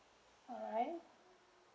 alright